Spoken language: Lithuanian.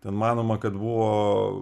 ten manoma kad buvo